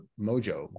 mojo